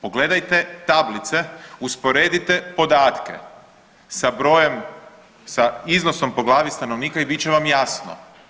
Pogledajte tablice, usporedite podatke sa brojem, sa iznosom po glavi stanovnika i bit će vam jasno.